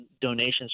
donations